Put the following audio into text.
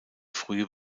frühe